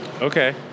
Okay